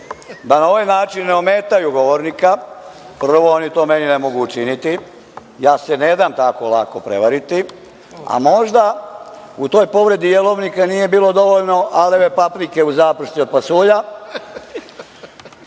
da na ovaj način ne ometaju govornika. Prvo, oni to meni ne mogu učiniti, ja se ne dam tako lako prevariti, a možda u toj povredi jelovnika nije bilo dovoljno aleve paprike u zapršci od pasulja.